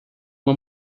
uma